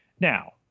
now